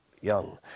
young